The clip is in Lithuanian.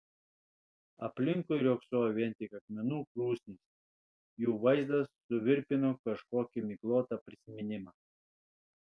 aplinkui riogsojo vien tik akmenų krūsnys jų vaizdas suvirpino kažkokį miglotą prisiminimą